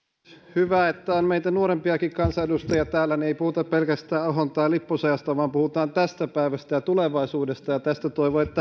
hyvä että on meitä nuorempiakin kansanedustajia täällä niin että ei puhuta pelkästään ahon tai lipposen ajasta vaan puhutaan tästä päivästä ja tulevaisuudesta ja toivon että tästä